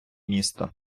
місто